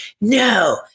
no